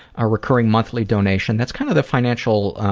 a recurring monthly donation. that's kind of the financial